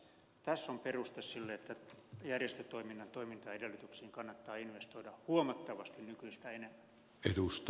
tässä on peruste sille että järjestötoiminnan toimintaedellytyksiin kannattaa investoida huomattavasti nykyistä enemmän